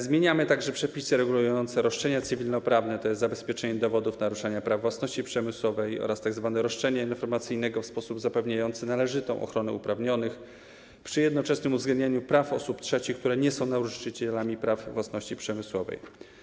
Zmieniamy także przepisy regulujące roszczenia cywilnoprawne, tj. roszczenie o zabezpieczenie dowodów dotyczących naruszania praw własności przemysłowej oraz tzw. roszczenie informacyjne, w sposób zapewniający należytą ochronę uprawnionych przy jednoczesnym uwzględnianiu praw osób trzecich, które nie są naruszycielami praw własności przemysłowej.